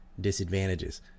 disadvantages